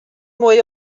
mwy